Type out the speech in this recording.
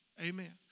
Amen